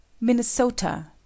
Minnesota